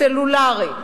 בסלולרי,